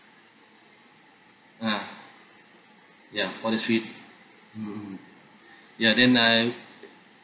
ah ya four days three mmhmm mmhmm ya then I